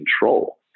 control